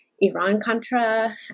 Iran-Contra